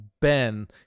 Ben